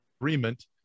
agreement